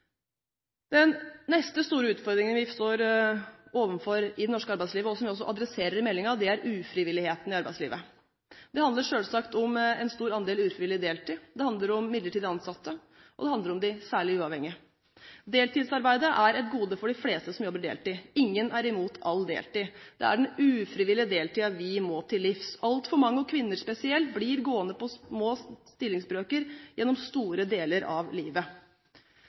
Den neste store utfordringen vi står overfor i det norske arbeidslivet, og som vi også adresserer i meldingen, er ufrivilligheten i arbeidslivet. Det handler selvsagt om en stor andel ufrivillig deltid, det handler om midlertidig ansatte, og det handler om de særlig uavhengige. Deltidsarbeidet er et gode for de fleste som jobber deltid. Ingen er imot all deltid. Det er den utfrivillige deltiden vi må til livs. Altfor mange, og kvinner spesielt, blir gående på små stillingsbrøker gjennom store deler av livet.